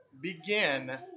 begin